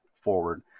forward